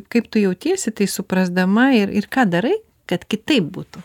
kaip tu jautiesi tai suprasdama ir ir ką darai kad kitaip būtų